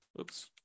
oops